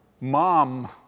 Mom